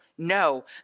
No